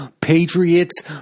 Patriots